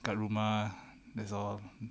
kat rumah that's all